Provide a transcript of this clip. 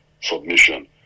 submission